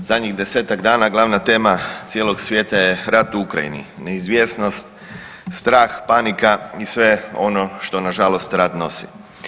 Zadnjih 10-tak dana glavna tema cijelog svijeta je rat u Ukrajini, neizvjesnost, strah, panika i sve ono što nažalost rat nosi.